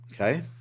Okay